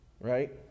right